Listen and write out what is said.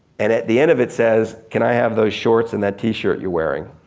and at the end of it says, can i have those shorts and that tee shirt you're wearing?